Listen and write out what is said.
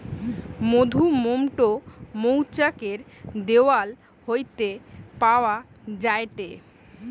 মধুমোম টো মৌচাক এর দেওয়াল হইতে পাওয়া যায়টে